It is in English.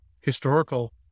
historical